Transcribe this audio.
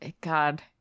God